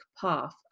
path